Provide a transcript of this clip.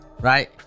Right